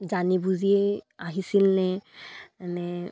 জানি বুজিয়ে আহিছিল নে নে